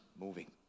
moving